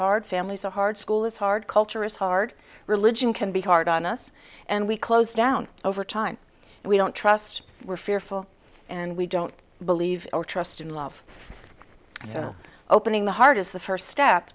hard family so hard school is hard culture is hard religion can be hard on us and we close down over time and we don't trust we're fearful and we don't believe or trust in love so opening the heart is the first step